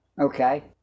Okay